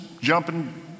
jumping